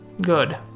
Good